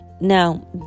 now